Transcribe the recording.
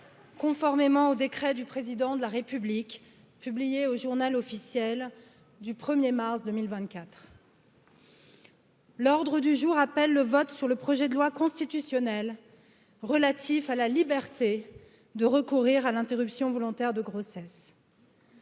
conformément au décret du président de la république publiée au journal officiel du premier mars deux mille vingt quatre l'ordre du jour appelle le vote sur le projet de loi constitutionnel relatif à la liberté de recourir à l'interruption volontaire de grossesse